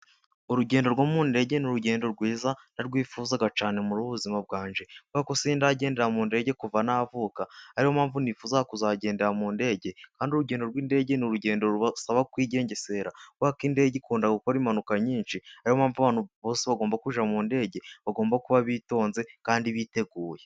Urugendo rwo mu ndege ni urugendo rwiza ndarwifuza cyane muri ubu muzima bwanjye, kubera ko sindagendera mu ndege kuva navuka, ariyo mpamvu nifuza kuzagendera, mu ndege kandi urugendo rw'indege ni urugendo rubasaba kwigengesera, kubera ko indege ikunda gukora impanuka nyinshi, ariyo mpamvu abantu bose bagomba kujya mu ndege, bagomba kuba bitonze kandi biteguye.